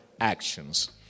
actions